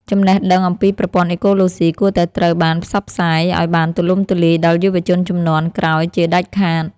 ចំណេះដឹងអំពីប្រព័ន្ធអេកូឡូស៊ីគួរតែត្រូវបានផ្សព្វផ្សាយឱ្យបានទូលំទូលាយដល់យុវជនជំនាន់ក្រោយជាដាច់ខាត។